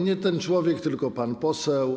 Nie: ten człowiek, tylko pan poseł.